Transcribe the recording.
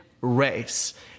race